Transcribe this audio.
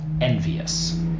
envious